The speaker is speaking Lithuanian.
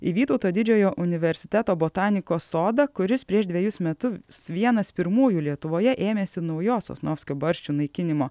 į vytauto didžiojo universiteto botanikos sodą kuris prieš dvejus metus vienas pirmųjų lietuvoje ėmėsi naujos sosnovskio barščių naikinimo